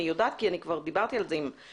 אני יודעת כי כבר דיברתי על זה עם רח"ל.